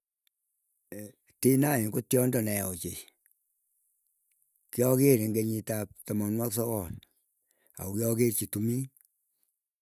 Tnine ko tiondo neya ochei, kiager ing kenyitap tamanwagik sogol. agokiakerchi timin.